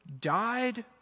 died